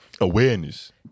Awareness